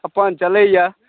अपन चलैए